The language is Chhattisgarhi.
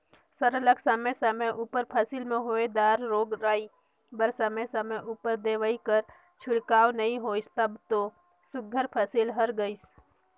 सरलग समे समे उपर फसिल में होए दार रोग राई बर समे समे उपर दवई कर छिड़काव नी होइस तब दो सुग्घर फसिल हर गइस